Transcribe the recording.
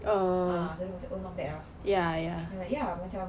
ah then macam not bad ah then like ya macam